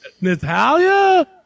Natalia